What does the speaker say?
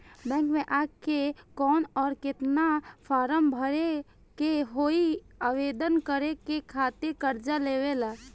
Bank मे आ के कौन और केतना फारम भरे के होयी आवेदन करे के खातिर कर्जा लेवे ला?